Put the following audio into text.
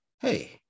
hey